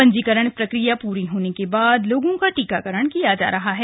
पंजीकरण प्रक्रिया प्री होने के बाद लोगों का टीकाकरण किया जा रहा है